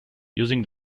using